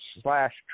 slash